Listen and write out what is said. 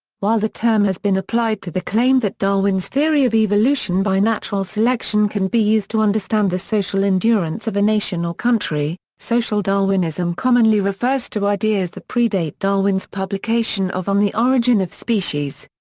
while the term has been applied to the claim that darwin's theory of evolution by natural selection can be used to understand the social endurance of a nation or country, social darwinism commonly refers to ideas that predate darwin's publication of on the origin of species.